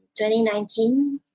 2019